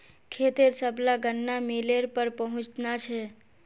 खेतेर सबला गन्ना मिलेर पर पहुंचना छ